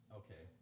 okay